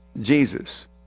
Jesus